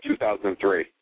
2003